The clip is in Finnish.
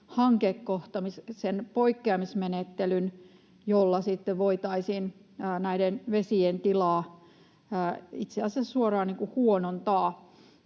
hankekohtaisen poikkeamismenettelyn, jolla voitaisiin näiden vesien tilaa itse asiassa suoraan huonontaa.